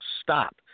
stop